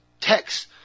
text